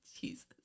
Jesus